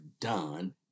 done